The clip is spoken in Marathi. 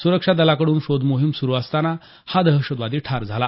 सुरक्षा दलाकडून शोधमोहीम सुरू असताना हा दशतवादी ठार झाला